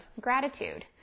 gratitude